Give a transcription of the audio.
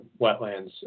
wetlands